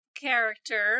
character